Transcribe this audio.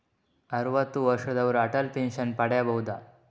ಅರುವತ್ತು ವರ್ಷದವರು ಅಟಲ್ ಪೆನ್ಷನ್ ಪಡೆಯಬಹುದ?